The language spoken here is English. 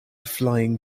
flying